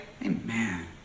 Amen